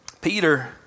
Peter